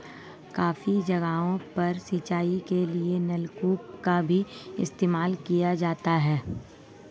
काफी जगहों पर सिंचाई के लिए नलकूप का भी इस्तेमाल किया जाता है